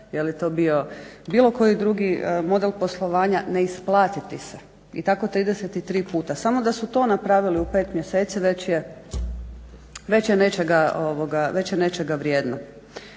je li to bio bilo koji drugi model poslovanja ne isplati ti se i tako 33 puta. Samo da su to napravili u 5 mjeseci već je nečega vrijedno.